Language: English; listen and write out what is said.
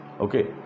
okay